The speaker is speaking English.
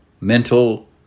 mental